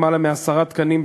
למעלה מעשרה תקנים,